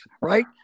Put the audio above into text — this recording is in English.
Right